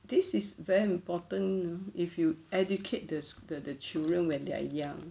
this is very important if you educate this the the children when they are young